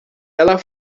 ela